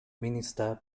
minister